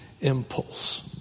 impulse